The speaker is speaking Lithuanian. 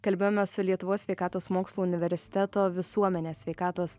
kalbėjome su lietuvos sveikatos mokslų universiteto visuomenės sveikatos